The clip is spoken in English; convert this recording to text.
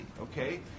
okay